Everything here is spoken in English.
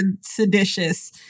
seditious